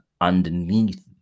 underneath